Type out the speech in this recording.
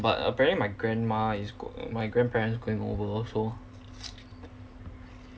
but apparently my grandma is going my grandparents going over so